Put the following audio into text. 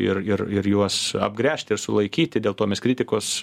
ir ir ir juos apgręžti sulaikyti dėl to mes kritikos